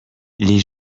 les